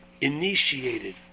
initiated